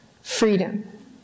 freedom